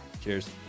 cheers